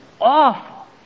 awful